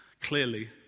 clearly